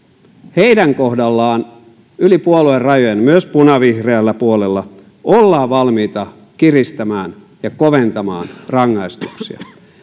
heidän kohdallaan yli puoluerajojen myös punavihreällä puolella ollaan valmiita kiristämään ja koventamaan rangaistuksia